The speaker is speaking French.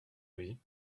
avis